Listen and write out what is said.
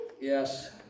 Yes